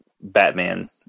Batman